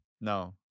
no